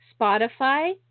Spotify